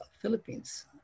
Philippines